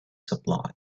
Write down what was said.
supplies